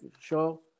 show